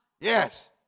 Yes